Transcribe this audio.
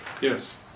Yes